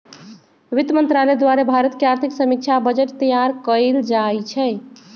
वित्त मंत्रालय द्वारे भारत के आर्थिक समीक्षा आ बजट तइयार कएल जाइ छइ